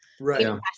Right